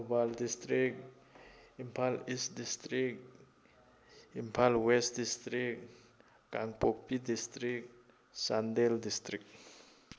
Thoubal district Imphal east district Imphal west district Kangpokpi district Chandel district